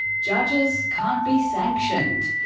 judges can't be sanctioned.